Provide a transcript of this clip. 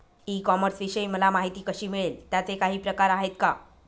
E कॉमर्सविषयी मला माहिती कशी मिळेल? त्याचे काही प्रकार आहेत का?